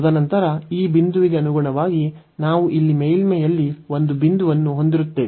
ತದನಂತರ ಈ ಬಿಂದುವಿಗೆ ಅನುಗುಣವಾಗಿ ನಾವು ಇಲ್ಲಿ ಮೇಲ್ಮೈಯಲ್ಲಿ ಒಂದು ಬಿಂದುವನ್ನು ಹೊಂದಿರುತ್ತೇವೆ